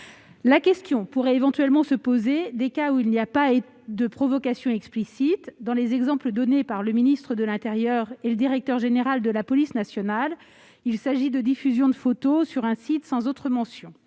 La question pourrait éventuellement se poser dans les cas où il n'y a pas de provocation explicite. Dans les exemples donnés par le ministre de l'intérieur et le directeur général de la police nationale, il s'agit de la diffusion de photos sur un site sans autre mention.